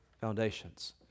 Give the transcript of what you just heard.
foundations